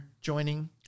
joining